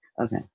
Okay